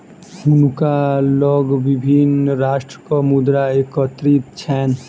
हुनका लग विभिन्न राष्ट्रक मुद्रा एकत्रित छैन